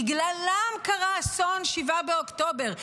בגללם קרה אסון 7 באוקטובר,